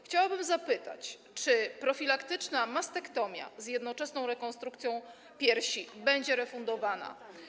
Chciałabym zapytać, czy profilaktyczna mastektomia z jednoczesną rekonstrukcją piersi będzie refundowana?